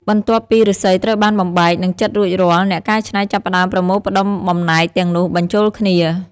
បន្ទាប់ពីឫស្សីត្រូវបានបំបែក និងចិតរួចរាល់ អ្នកកែច្នៃចាប់ផ្ដើមប្រមូលផ្ដុំបំណែកទាំងនោះបញ្ចូលគ្នា។